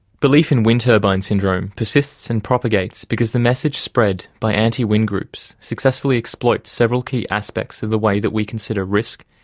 belief in wind turbine syndrome persists and propagates because the message spread by anti-wind groups successfully exploits several key aspects of the way that we consider risk,